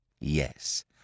Yes